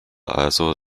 also